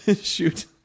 Shoot